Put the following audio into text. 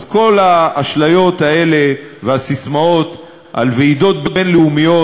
אז כל האשליות האלה והססמאות על ועידות בין-לאומיות